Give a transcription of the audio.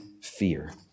fear